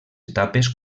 etapes